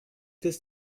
this